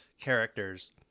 characters